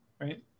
right